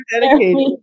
dedicated